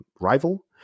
rival